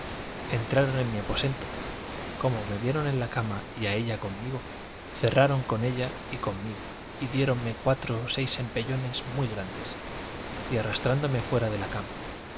entraron en mi aposento como me vieron en la cama y a ella conmigo cerraron con ella y conmigo y diéronme cuatro o seis empellones muy grandes y arrastráronme fuera de la cama